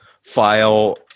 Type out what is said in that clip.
file